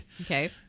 Okay